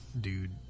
dude